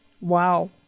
Wow